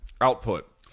Output